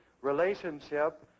relationship